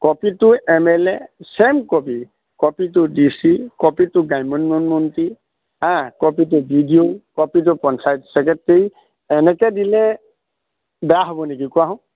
copy to M L A same copy copy to D C copy to গ্ৰাম্য উন্নয়নমন্ত্ৰী হা copy to B D O copy to panchayat secretary এনেকে দিলে বেয়া হ'ব নেকি কোৱা চােন